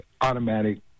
automatic